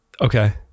Okay